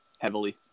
heavily